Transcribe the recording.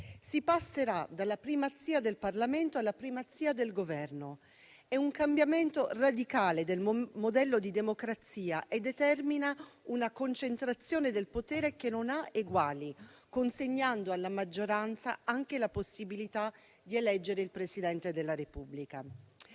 Si passerà dalla primazia del Parlamento alla primazia del Governo: è un cambiamento radicale del modello di democrazia che determina una concentrazione del potere che non ha eguali, consegnando alla maggioranza anche la possibilità di eleggere il Presidente della Repubblica.